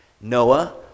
Noah